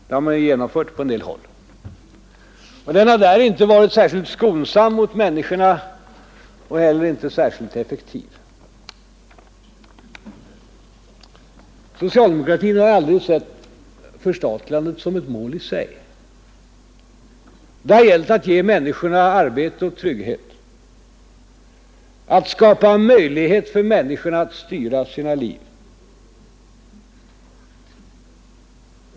Det har man genomfört på en del håll, och den har där inte varit särskilt skonsam mot människorna och heller inte varit särskilt effektiv. Socialdemokratin har aldrig sett förstatligandet såsom ett mål i sig, utan det har gällt människornas arbete och trygghet, att skapa möjlighet för människorna att styra sina liv.